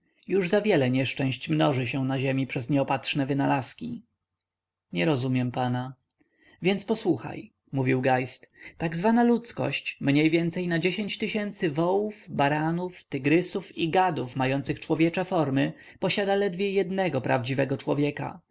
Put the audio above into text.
już zawiele nieszczęść mnoży się na ziemi przez nieopatrzne wynalazki nie rozumiem pana więc posłuchaj mówił geist tak zwana ludzkość mniej więcej na wołów baranów tygrysów i gadów mających człowiecze formy posiada ledwie jednego prawdziwego człowieka